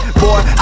boy